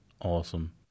Awesome